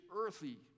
earthy